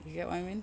you get what I mean